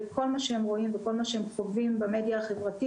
כל מה שהם רואים וכל מה שהם חווים במדיה החברתית,